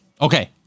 Okay